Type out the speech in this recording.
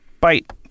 Bite